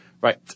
Right